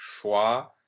choix